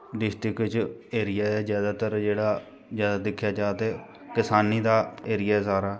district च area ज्यादातर जेह्ड़ा ज्यादा दिक्खेआ जा ते करसानी दा एरिया सारा